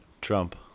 Trump